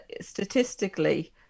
statistically